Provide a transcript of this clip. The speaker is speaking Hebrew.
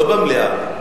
לא במליאה.